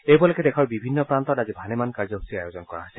এই উপলক্ষে দেশৰ বিভিন্ন প্ৰান্তত আজি ভালেমান কাৰ্যসূচীৰ আয়োজন কৰা হৈছে